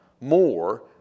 more